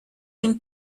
him